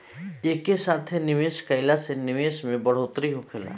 एक साथे निवेश कईला से निवेश में बढ़ोतरी होखेला